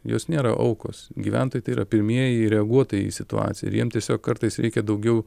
jos nėra aukos gyventojai tai yra pirmieji reaguotojai į situaciją ir jiem tiesiog kartais reikia daugiau